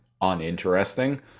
uninteresting